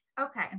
Okay